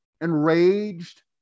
enraged